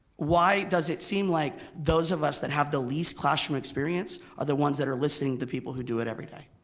why does it seem like those of us that have the least classroom experience are the ones that are listening to the people who do it every day?